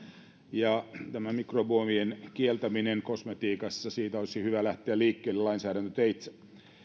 ja tämä mikromuovien kieltäminen kosmetiikassa siitä olisi hyvä lähteä liikkeelle lainsäädäntöteitse